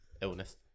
Illness